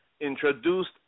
introduced